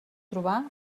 trobar